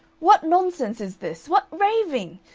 what nonsense is this? what raving!